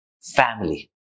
family